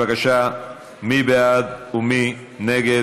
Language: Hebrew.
בבקשה, מי בעד ומי נגד?